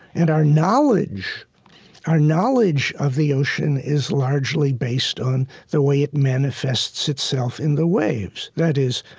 and our knowledge our knowledge of the ocean is largely based on the way it manifests itself in the waves, that is,